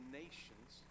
nations